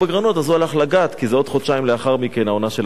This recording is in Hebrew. אז הוא הלך לגת כי העונה של הגת היא